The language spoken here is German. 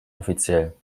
offiziell